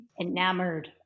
enamored